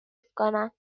کنم